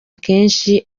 kenshi